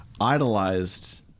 idolized